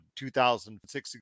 2006